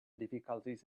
difficulties